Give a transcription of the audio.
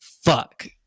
fuck